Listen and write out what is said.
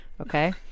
Okay